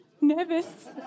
nervous